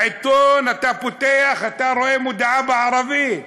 בעיתון אתה פותח אתה רואה מודעה בערבית.